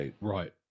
Right